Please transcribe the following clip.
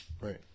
Right